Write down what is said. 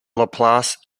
laplace